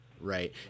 right